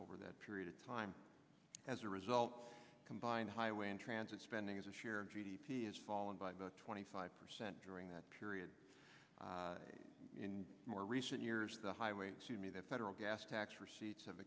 over that period of time as a result combined highway and transit spending as a share of g d p has fallen by about twenty five percent during that period in more recent years the highway to me the federal gas tax receipts have